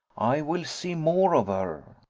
i will see more of her.